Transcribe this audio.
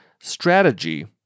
strategy